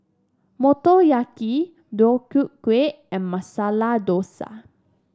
Motoyaki Deodeok Gui and Masala Dosa